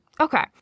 Okay